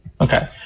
Okay